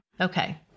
Okay